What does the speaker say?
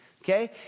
okay